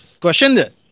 Question